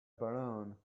balloon